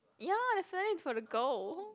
ya definitely for the girl